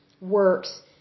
works